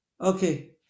Okay